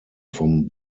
vom